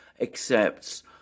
accepts